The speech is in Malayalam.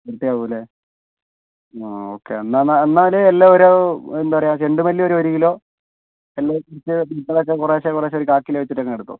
ചീത്തയാകും അല്ലേ ആഹ് ഓക്കേ എന്നാൽ എന്നാൽ എന്നാൽ എല്ലാം ഒരു എന്താ പറയുക ചെണ്ടുമല്ലി ഒരു ഒരു കിലോ കുറേശ്ശെ കുറേശ്ശെ കുറേശ്ശെ ഒരു കാൽ കിലോ വച്ചിട്ട് അങ്ങെടുത്തോ